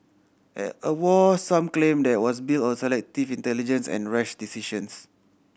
a war some claim that was built on selective intelligence and rash decisions